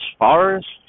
forests